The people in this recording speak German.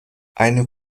eine